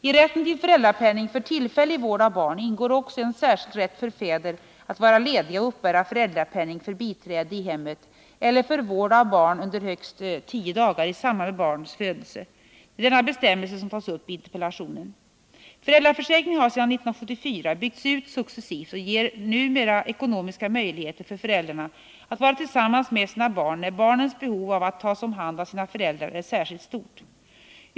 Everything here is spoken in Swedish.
I rätten till föräldrapenning för tillfällig vård av barn ingår också en särskild rätt för fäder att vara lediga och uppbära föräldrapenning för biträde i hemmet eller för vård av barn under högst 10 dagar i samband med barns födelse. Det är denna bestämmelse som tas upp i interpellationen. Föräldraförsäkringen har sedan år 1974 byggts ut successivt och ger numera ekonomiska möjligheter för föräldrarna att vara tillsammans med sina barn när barnens behov av att tas om hand av sina föräldrar är särskilt stort.